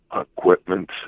equipment